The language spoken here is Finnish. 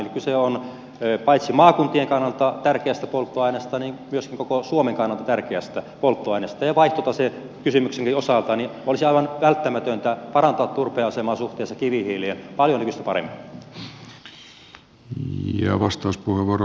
eli kyse on paitsi maakuntien kannalta tärkeästä polttoaineesta myöskin koko suomen kannalta tärkeästä polttoaineesta ja vaihtotasekysymyksenkin osalta olisi aivan välttämätöntä parantaa turpeen asemaa suhteessa kivihiileen paljon nykyistä paremmin